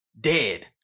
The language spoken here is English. dead